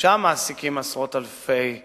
שם מעסיקים עשרות אלפי עובדים.